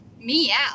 meow